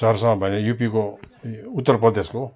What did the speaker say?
सरसह भन्ने युपिको उत्तर प्रदेशको